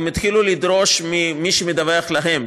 הם התחילו לדרוש ממי שמדווח להם,